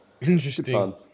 Interesting